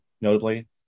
notably